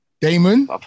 Damon